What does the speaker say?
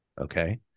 Okay